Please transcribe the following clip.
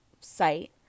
site